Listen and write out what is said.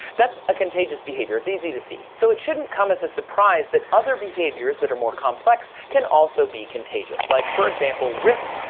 that's a contagious behavior. it's easy to see. so it shouldn't come as a surprise that other behaviors that are more complex can also be contagious. like for example, risk,